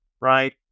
right